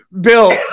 Bill